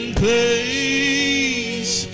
place